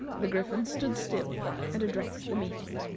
the griffin stood still and addressed the meeting.